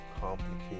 complicated